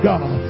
God